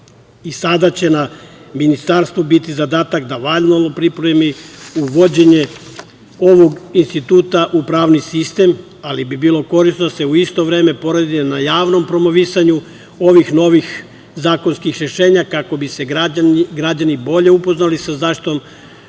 Sada će na Ministarstvu biti zadatak da valjano ovo pripremi, uvođenje ovog instituta u pravni sistem, ali bi bilo korisno da se u isto vreme poradi na javnom promovisanju ovih novih zakonskih rešenja, kako bi se građani bolje upoznali sa zaštitom